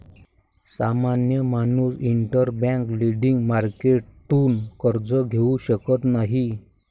सामान्य माणूस interbank lending मार्केटतून कर्ज घेऊ शकत नाही